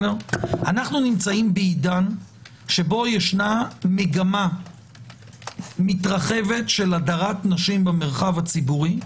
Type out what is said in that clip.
אנחנו נמצאים בעידן שבו ישנה מגמה מתרחבת של הדרת נשים במרחב הציבורי,